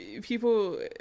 people